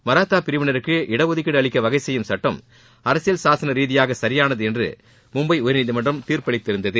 மராத்தா பிரிவினருக்கு இடஒதுக்கீடு அளிக்க வகை செய்யும் சுட்டம் அரசியல் சாசன ரீதியாக சரியானது என்று மும்பை உயர்நீதிமன்றம் தீர்ப்பளித்திருந்தது